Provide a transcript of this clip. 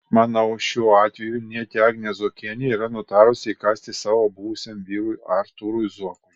manau šiuo atveju vilnietė agnė zuokienė yra nutarusi įkąsti savo buvusiam vyrui artūrui zuokui